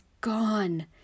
gone